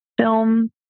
film